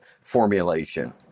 formulation